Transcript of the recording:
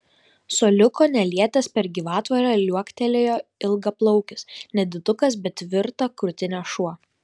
suoliuko nelietęs per gyvatvorę liuoktelėjo ilgaplaukis nedidukas bet tvirta krūtine šuo